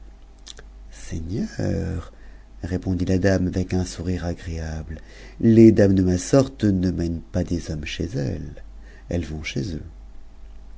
répondit la dame avec unsourireagréabic les dame ma sorte ne mènent pas des hommes chez elles elles vont chez eux